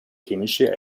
chemische